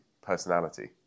personality